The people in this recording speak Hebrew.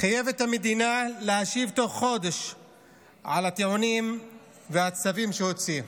חייב את המדינה להשיב תוך חודש על הטיעונים והצווים שהוציא.